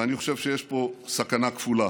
ואני חושב שיש פה סכנה כפולה,